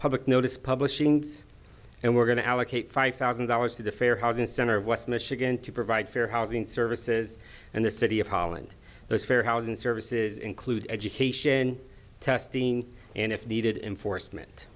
public notice publishing and we're going to allocate five thousand dollars to the fair housing center of west michigan to provide fair housing services and the city of holland has fair housing services include education testing and if needed enforcement